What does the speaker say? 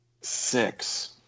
Six